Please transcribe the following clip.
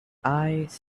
eyes